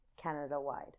Canada-wide